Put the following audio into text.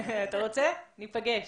ניפגש.